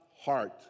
heart